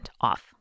off